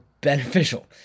beneficial